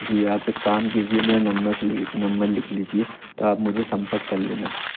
जी आप एक काम कीजिए मेरा नम्बर लिख लीजिए तो आप मुझे सम्पर्क कर लेना